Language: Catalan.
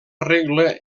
regla